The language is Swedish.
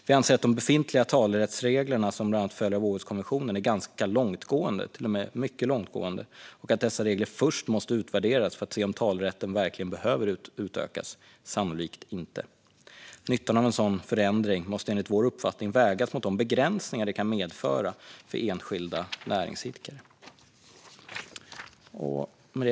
Vi anser att de befintliga talerättsreglerna, som bland annat följer av Århuskonventionen, är ganska långtgående, till och med mycket långtgående, och att dessa regler först måste utvärderas för att se om talerätten verkligen behöver utökas - sannolikt inte. Nyttan av en sådan förändring måste enligt vår uppfattning vägas mot de begränsningar som den kan medföra för enskilda näringsidkare.